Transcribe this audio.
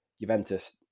Juventus